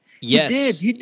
Yes